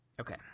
Okay